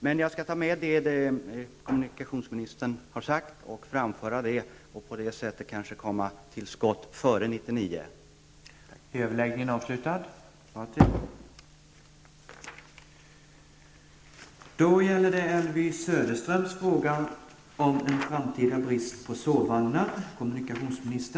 Men jag skall framföra det kommunikationsministern här har sagt och försöka se till att man på det sättet kanske kommer till skott före 1999.